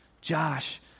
Josh